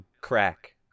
crack